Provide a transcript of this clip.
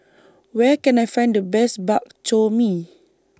Where Can I Find The Best Bak Chor Mee